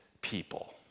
people